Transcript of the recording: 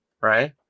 right